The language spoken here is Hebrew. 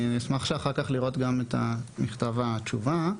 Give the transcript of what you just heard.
אשמח לראות את מכתב התשובה.